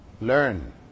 learn